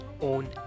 own